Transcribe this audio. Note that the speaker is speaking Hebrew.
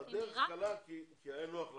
הדרך קלה כי היה נוח לכם.